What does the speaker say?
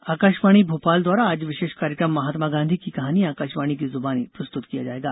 Gandhi programme Akashvani Bhopal द्वारा आज विशेष कार्यकम महात्मा गांधी की कहानी आकाशवाणी की जुबानी प्रस्तुत किया जाएगा